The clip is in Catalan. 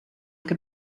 que